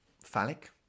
phallic